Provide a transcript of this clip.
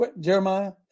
Jeremiah